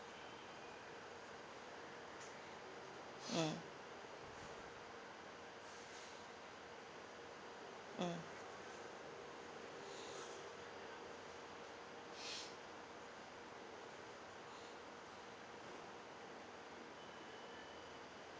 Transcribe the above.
mm mm